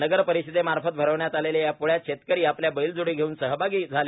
नगर परिषदेमार्फत भरविण्यात आलेल्या या पोळ्यात शेतकरी आपल्या बैलजोडी घेऊन सहभागी झाले